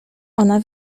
ona